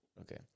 Okay